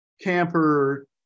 camper